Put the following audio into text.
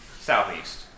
southeast